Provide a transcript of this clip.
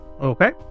Okay